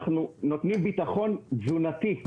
אנחנו נותנים ביטחון תזונתי.